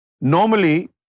Normally